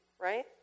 right